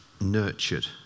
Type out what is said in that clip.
nurtured